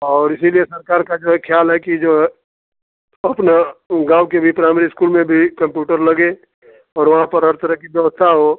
और इसीलिए सरकार का जो है ख्याल है कि जो है अपना गाँव के भी प्राइमरी इस्कूल में भी कम्प्यूटर लगे और वहाँ पर हर तरह की व्यवस्था हो